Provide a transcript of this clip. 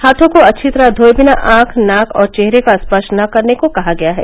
हाथों को अच्छी तरह धोए बिना आंख नाक और चेहरे का स्पर्श न करने को कहा गया है